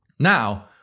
Now